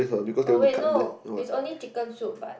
oh wait no it's only chicken soup but